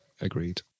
Agreed